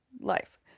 life